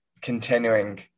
continuing